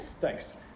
Thanks